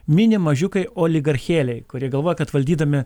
mini mažiukai oligarchėliai kurie galvoja kad valdydami